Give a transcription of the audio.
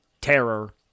terror